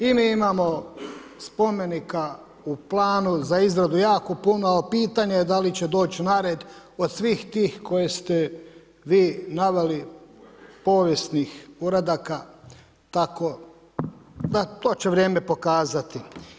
I mi imamo spomenika u planu za izradu jako puno, ali pitanje je da li će doći na red od svih tih koje ste vi naveli povjesnih uradaka tako da to će vrijeme pokazati.